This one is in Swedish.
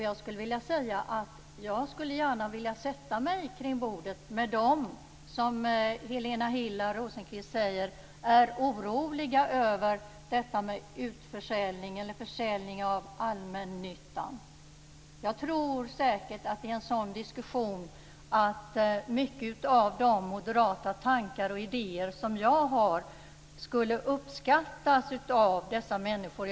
Jag skulle gärna sätta mig vid bordet tillsammans med dem som Helena Hillar Rosenqvist säger är oroliga för detta med försäljning av allmännyttan. I en sådan diskussion skulle säkert mycket av det som finns i mina moderata tankar och idéer uppskattas av dessa människor.